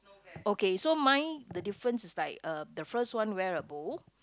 okay so mine the difference is like uh the first one wear a bow